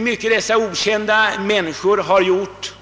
mycket dessa okända människor har gjort.